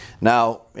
Now